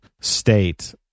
state